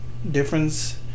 difference